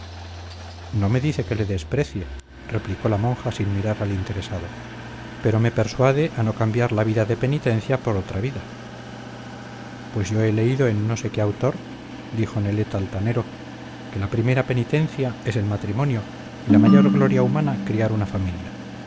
no me dice que le desprecie replicó la monja sin mirar al interesado pero me persuade a no cambiar la vida de penitencia por otra vida pues yo he leído en no sé qué autor dijo nelet altanero que la primera penitencia es el matrimonio y la mayor gloria humana criar una familia